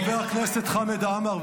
חבר הכנסת חמד עמאר,